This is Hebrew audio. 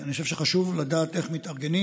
אני חושב שחשוב לדעת איך מתארגנים.